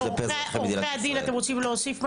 עורכי הדין, אתם רוצים להוסיף משהו?